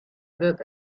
that